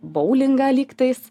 boulingą lygtais